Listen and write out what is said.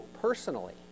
personally